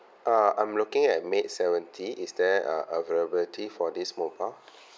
uh I'm looking at mate seventy is there uh availability for this mobile